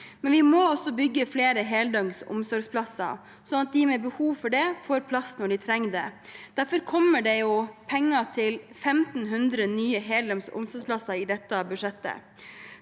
vi må også bygge flere heldøgns omsorgsplasser, sånn at de med behov for det får plass når de trenger det. Derfor kommer det penger til 1 500 nye heldøgns omsorgsplasser i dette budsjettet.